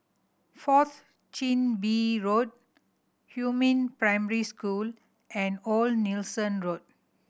Fourth Chin Bee Road Huamin Primary School and Old Nelson Road